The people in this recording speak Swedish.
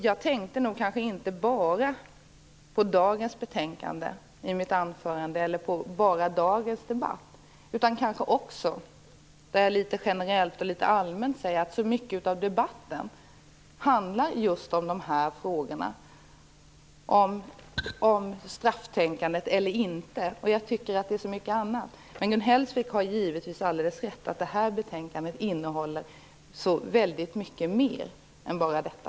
Jag tänkte nog kanske inte bara på dagens betänkande och dagens debatt i mitt anförande utan ville också mer generellt säga att mycket av debatten handlar om just dessa frågor om strafftänkande eller inte, och jag tycker att det finns så mycket annat. Men Gun Hellsvik har givetvis alldeles rätt. Det här betänkandet innehåller väldigt mycket mer än bara detta.